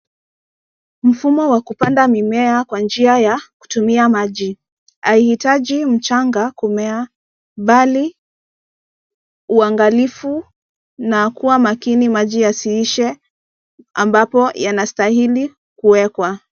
Mfumo wa kupanda mimea kwa njia ya kutumia maji. Haihitaji mchanga kumea mbali uangalifu na kuwa makini maji yasiishe ambapo yanastahili kuwekwa.